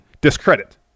Discredit